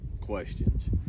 questions